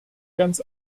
ganz